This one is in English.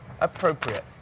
appropriate